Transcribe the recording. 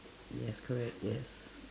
yes correct yes